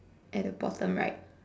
at the bottom right